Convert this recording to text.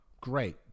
Great